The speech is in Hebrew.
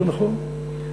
זה נכון,